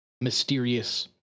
mysterious